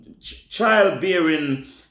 childbearing